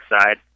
side